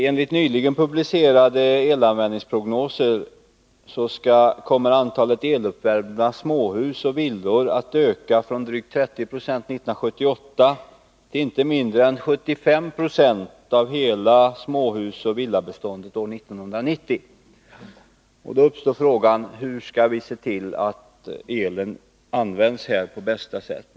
Enligt nyligen publicerade elanvändningsprognoser kommer antalet eluppvärmda småhus och villor att öka från drygt 30 96 1978 till inte mindre än 75 90 av hela småhusoch villabeståndet år 1990. Då uppstår frågan: Hur kan vi se till att elströmmen används på bästa sätt?